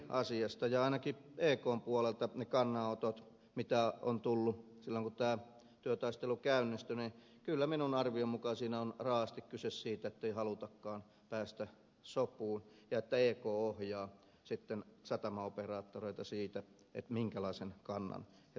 mitä tulee ainakin ekn puolelta niihin kannanottoihin mitä on tullut silloin kun tämä työtaistelu käynnistyi niin kyllä minun arvioni mukaan siinä on raaasti kyse siitä että ei halutakaan päästä sopuun ja että ek ohjaa sitten satamaoperaattoreita siinä minkälaisen kannan he saavat ottaa